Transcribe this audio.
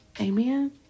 amen